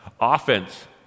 Offense